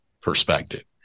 perspective